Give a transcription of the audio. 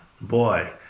boy